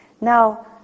Now